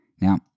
Now